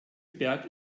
berg